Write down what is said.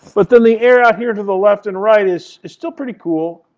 but then the air out here to the left and right is is still pretty cool.